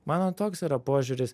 mano toks yra požiūris